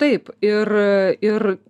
taip ir ir